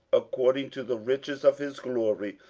according to the riches of his glory,